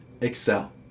excel